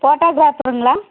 ஃபோட்டோகிராஃபருங்களா